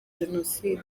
jenoside